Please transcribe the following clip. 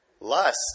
Lust